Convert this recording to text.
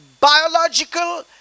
biological